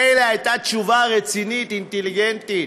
מילא הייתה תשובה רצינית, אינטליגנטית,